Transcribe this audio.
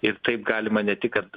ir taip galima ne tik kad